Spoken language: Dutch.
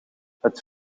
het